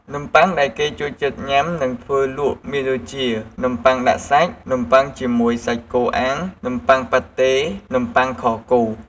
នំប័ុងដែលគេចូលចិត្តញុាំនិងធ្វើលក់មានដូចជា នំបុ័ងដាក់សាច់ នំបុ័ងជាមួយសាច់គោអាំង នំប័ុងប៉ាតេ នំប័ុងខគោ។